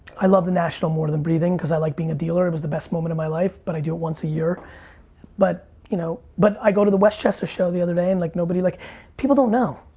i love the national more than breathing cause i like being a dealer. it was the best moment of my life but i do it once a year but you know but i go to the westchester show the other day and like nobody, like people don't know,